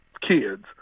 kids